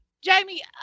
Jamie